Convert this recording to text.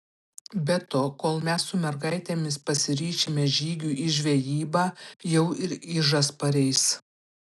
be to kol mes su mergaitėmis pasiryšime žygiui į žvejybą jau ir ižas pareis